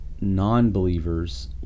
non-believers